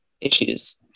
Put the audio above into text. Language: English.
issues